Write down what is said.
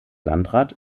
landrat